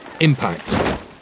Impact